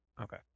Okay